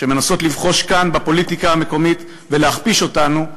שמנסות לבחוש כאן בפוליטיקה המקומית ולהכפיש אותנו,